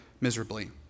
miserably